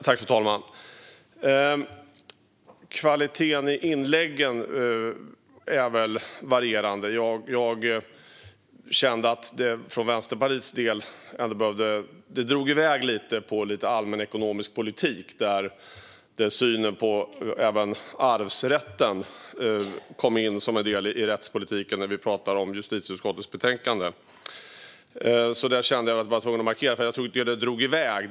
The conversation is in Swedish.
Fru talman! Kvaliteten i inläggen är väl varierande. Jag tyckte att det för Vänsterpartiets del drog iväg lite och handlade om allmänekonomisk politik. Synen på arvsrätten kom in som en del i rättspolitiken när vi ju skulle tala om justitieutskottets betänkande. Jag kände att jag var tvungen att markera, för det drog iväg.